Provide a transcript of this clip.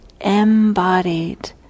embodied